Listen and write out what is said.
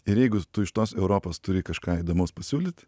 ir jeigu tu iš tos europos turi kažką įdomaus pasiūlyt